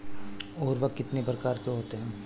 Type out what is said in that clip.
उर्वरक कितनी प्रकार के होते हैं?